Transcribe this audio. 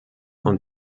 und